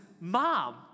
mom